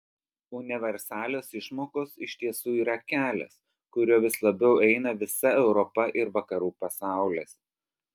universalios išmokos iš tiesų yra kelias kuriuo vis labiau eina visa europa ir vakarų pasaulis